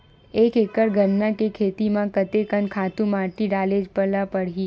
एक एकड़ गन्ना के खेती म कते कन खातु माटी डाले ल पड़ही?